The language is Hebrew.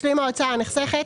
"משלים ההוצאה הנחסכת"